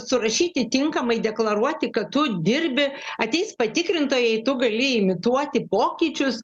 surašyti tinkamai deklaruoti kad tu dirbi ateis patikrintojai tu gali imituoti pokyčius